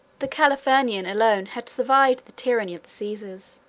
the calphurnian alone had survived the tyranny of the caesars.